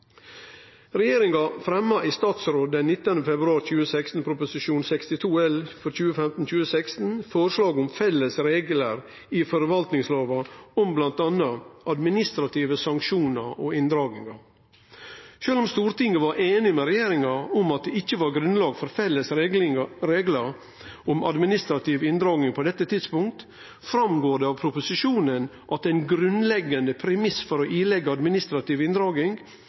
Regjeringa fremja i statsråd den 19. februar 2016, i Prop. 62 L for 2015–2016, forslag om felles reglar i forvaltningslova om bl.a. administrative sanksjonar og inndragingar. Sjølv om Stortinget var einig med regjeringa i at det ikkje var grunnlag for felles reglar om administrativ inndraging på det tidspunktet, går det fram av proposisjonen at ein grunnleggjande premiss for å gi påbod om administrativ inndraging